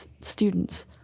students